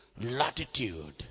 Latitude